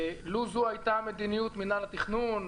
לו זו הייתה מדיניות מנהל התכנון,